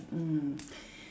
mm